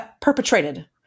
perpetrated